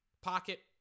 pocket